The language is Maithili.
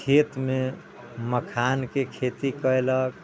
खेतमे मखानके खेती कयलक